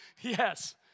Yes